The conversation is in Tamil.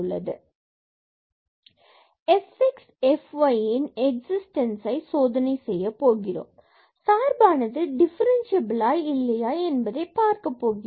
fxy0xy≠0 1xy0 மற்றும் நாம் f x மற்றும் fyன் எக்ஸிஸ்டன்ஸ்ஐ சோதனை செய்யப் போகிறோம் மற்றும் சார்பானது டிஃபரென்ஸ்சியபில்லா இல்லையா என்பதை பார்க்கப்போகிறோம்